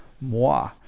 moi